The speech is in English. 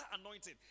anointing